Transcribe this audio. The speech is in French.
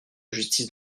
justice